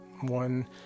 one